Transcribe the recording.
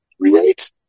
Create